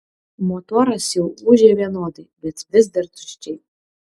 motoras jau ūžė vienodai bet vis dar tuščiai